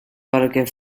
parque